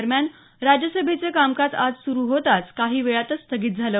दरम्यान राज्यसभेचं कामकाज आज सुरू होताच काही वेळातच स्थगित झालं